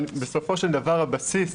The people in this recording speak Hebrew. אבל בסופו של דבר הבסיס,